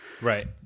right